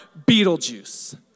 Beetlejuice